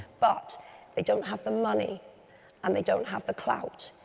but they don't have the money and they don't have the clout,